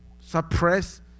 suppress